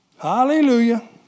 Hallelujah